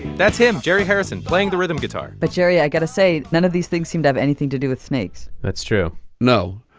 that's him, jerry playing the rhythm guitar but jerry, i got to say none of these things seem to have anything to do with snakes that's true no.